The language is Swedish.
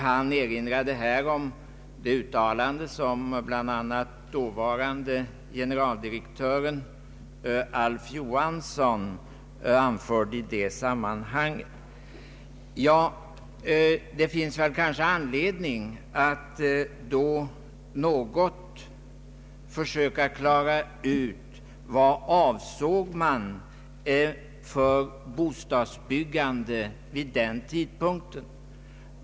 Han erinrade bl.a. om det uttalande som dåvarande generaldirektören Alf Johansson gjorde i detta sammanhang. Det finns kanske anledning att försöka klara ut vad det var för bostadsbyggande man avsåg vid denna tidpunkt.